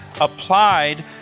applied